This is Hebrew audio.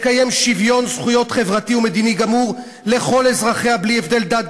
"תקיים שוויון זכויות חברתי ומדיני גמור לכל אזרחיה בלי הבדל דת,